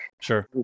sure